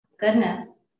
goodness